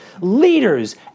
leaders